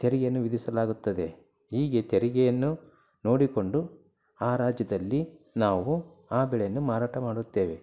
ತೆರಿಗೆಯನ್ನು ವಿಧಿಸಲಾಗುತ್ತದೆ ಹೀಗೆ ತೆರಿಗೆಯನ್ನು ನೋಡಿಕೊಂಡು ಆ ರಾಜ್ಯದಲ್ಲಿ ನಾವು ಆ ಬೆಳೆಯನ್ನು ಮಾರಾಟ ಮಾಡುತ್ತೇವೆ